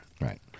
Right